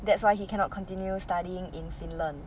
that's why he cannot continue studying in finland